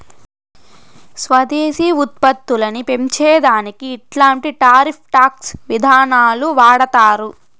స్వదేశీ ఉత్పత్తులని పెంచే దానికి ఇట్లాంటి టారిఫ్ టాక్స్ విధానాలు వాడతారు